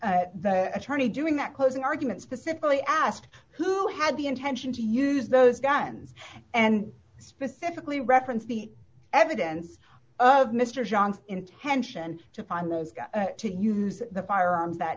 that the attorney during that closing argument specifically asked who had the intention to use those guns and specifically reference the evidence of mr johns intention to find those to use the firearms that